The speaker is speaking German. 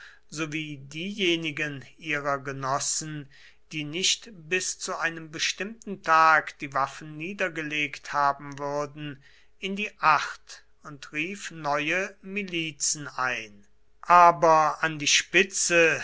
sowie diejenigen ihrer genossen die nicht bis zu einem bestimmten tag die waffen niedergelegt haben würden in die acht und rief neue milizen ein aber an die spitze